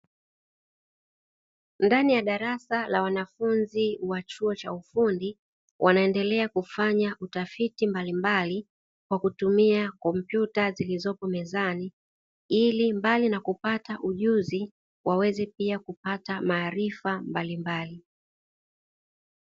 Ndani ya darasa la wanafunzi wa chuo cha ufundi wanaendelea kufanya utafiti mbalimbali kwa kutumia kompyuta, zilizopo mezani ili mbali na kupata ujuzi waweze pia kupata maarifa mbalimbali.